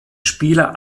spieler